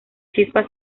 chispa